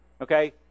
Okay